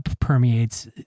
permeates